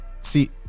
see